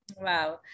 Wow